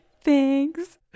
Thanks